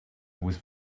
was